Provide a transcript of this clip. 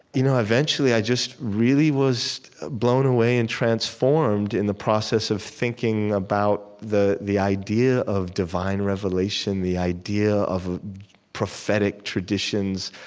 you know eventually, i just really was blown away and transformed in the process of thinking about the the idea of divine revelation, the idea of prophetic traditions.